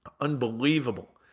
unbelievable